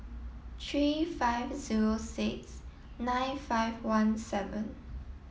three five zero six nine five one seven